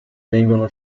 vengono